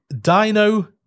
dino